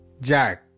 Jack